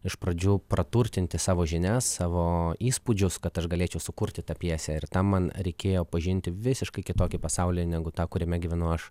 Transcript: iš pradžių praturtinti savo žinias savo įspūdžius kad aš galėčiau sukurti tą pjesę ir tam man reikėjo pažinti visiškai kitokį pasaulį negu tą kuriame gyvenu aš